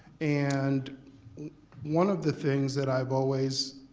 and one of the things that i've always,